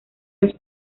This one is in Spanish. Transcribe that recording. los